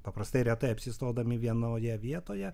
paprastai retai apsistodami vienoje vietoje